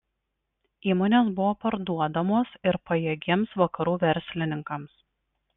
įmonės buvo parduodamos ir pajėgiems vakarų verslininkams